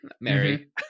Mary